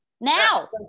now